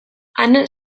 han